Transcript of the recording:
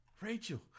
Rachel